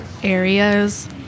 areas